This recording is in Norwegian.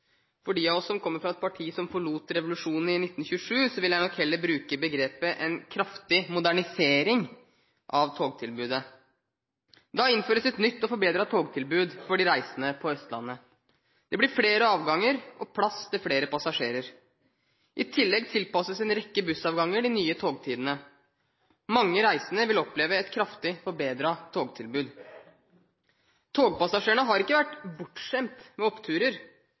For de av oss som kommer fra et parti som forlot revolusjonen i 1927, vil jeg nok heller bruke begrepet «kraftig modernisering» av togtilbudet. Det innføres et nytt og bedre togtilbud for de reisende på Østlandet. Det blir flere avganger og plass til flere passasjerer. I tillegg tilpasses en rekke bussavganger de nye togtidene. Mange reisende vil oppleve et kraftig forbedret togtilbud. Togpassasjerene har ikke vært bortskjemt med oppturer.